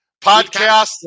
podcast